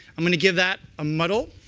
i'm going to give that a muddle.